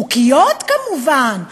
חוקיות כמובן,